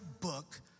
book